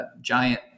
giant